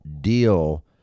deal